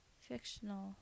fictional